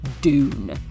Dune